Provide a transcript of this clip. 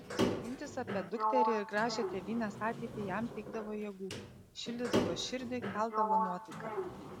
mintys apie dukterį ir gražią tėvynės ateitį jam teikdavo jėgų šildydavo širdį keldavo nuotaiką